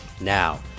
Now